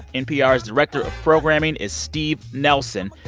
npr's director of programming, is steve nelson,